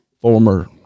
Former